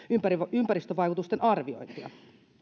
ympäristövaikutusten arviointia